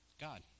God